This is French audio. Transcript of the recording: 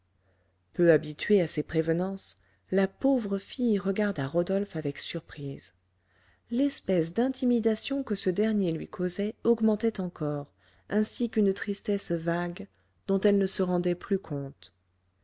peu habituée à ces prévenances la pauvre fille regarda rodolphe avec surprise l'espèce d'intimidation que ce dernier lui causait augmentait encore ainsi qu'une tristesse vague dont elle ne se rendait plus compte